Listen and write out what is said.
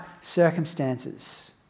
circumstances